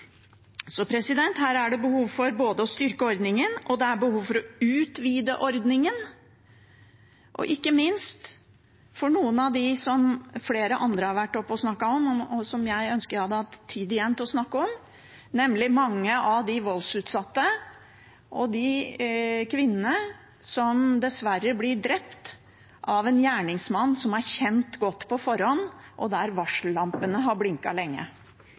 både å styrke og å utvide ordningen – ikke minst for noen av dem som flere andre har vært oppe og snakket om, og som jeg skulle ønske jeg hadde hatt tid igjen til å snakke om, nemlig mange av de voldsutsatte og de kvinnene som dessverre blir drept av en gjerningsmann som er godt kjent på forhånd, og der varsellampene har blinket lenge.